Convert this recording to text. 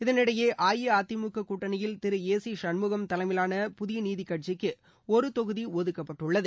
இதனிடையே அஇஅதிமுக கூட்டணியில் Thiru A C Shanmugam தலைமையிலான புதிய நீதி கட்சிக்கு ஒரு தொகுதி ஒதுக்கப்பட்டுள்ளது